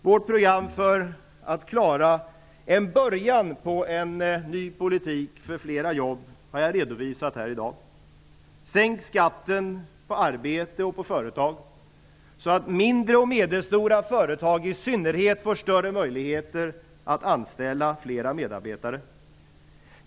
Vårt program för att klara en början på en ny politik för flera jobb har jag redovisat här i dag. Sänk skatten på arbete och företag, så att mindre och medelstora företag i synnerhet får större möjligheter att anställa fler medarbetare.